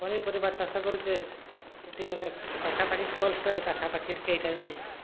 ପନିପରିବା ଚାଷ କରୁଛେ ଏଠି ମାନେ ପାଖାପାଖି କୋଲ୍ଡ଼ ଷ୍ଟୋର୍ ପାଖାପାଖି କେହିଠାରେ ନାହିଁ